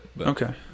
Okay